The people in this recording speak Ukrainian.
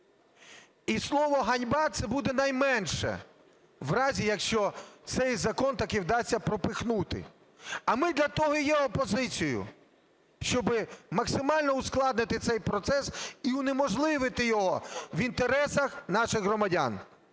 І слово "ганьба" це буде найменше в разі, якщо цей закон таки вдасться пропихнути. А ми для того і є опозицією, щоб максимально ускладнити цей процес і унеможливити його в інтересах наших громадян.